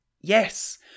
Yes